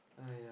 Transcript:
!aiya!